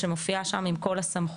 שמופיעה שם עם כל הסמכויות.